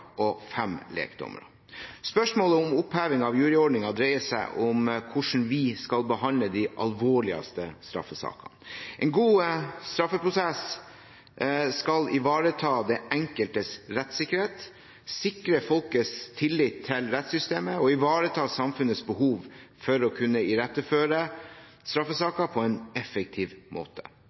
og fem lekdommere. Spørsmålet om oppheving av juryordningen dreier seg om hvordan vi skal behandle de alvorligste straffesakene. En god straffeprosess skal ivareta den enkeltes rettssikkerhet, sikre folkets tillit til rettssystemet og ivareta samfunnets behov for å kunne iretteføre straffesaker på en effektiv måte.